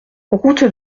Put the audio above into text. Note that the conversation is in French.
route